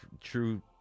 true